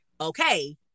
okay